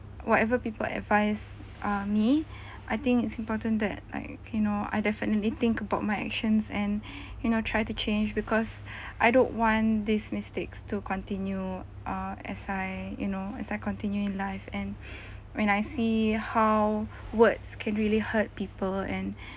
whatever people advise uh me I think it's important that like you know I definitely think about my actions and you know try to change because I don't want this mistakes to continue uh as I you know as I continue in life and and I see how words can really hurt people and